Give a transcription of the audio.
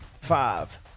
five